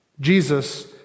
Jesus